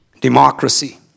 Democracy